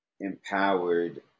empowered